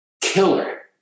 Killer